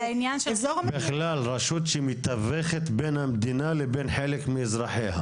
בכלל רשות שמתווכת בין המדינה לבין חלק מאזרחיה.